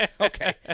Okay